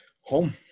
Home